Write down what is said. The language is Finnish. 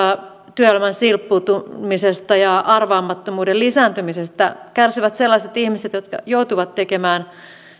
työelämän silppuuntumisesta ja arvaamattomuuden lisääntymisestä kärsivät sellaiset ihmiset jotka joutuvat